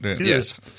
Yes